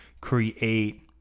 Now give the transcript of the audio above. create